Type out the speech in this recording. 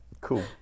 Cool